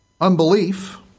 Unbelief